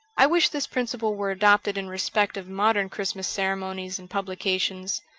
i wish this principle were adopted in respect of modern christmas ceremonies and publications.